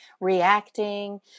reacting